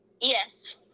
yes